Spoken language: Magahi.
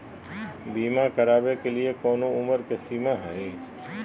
बीमा करावे के लिए कोनो उमर के सीमा है?